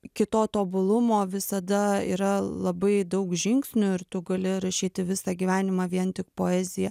ki to tobulumo visada yra labai daug žingsnių ir tu gali rašyti visą gyvenimą vien tik poeziją